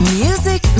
music